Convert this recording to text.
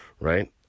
right